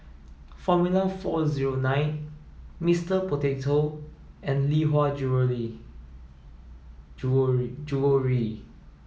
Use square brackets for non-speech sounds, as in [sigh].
Formula four zero nine Mister Potato and Lee Hwa Jewellery [unintelligible] Jewellery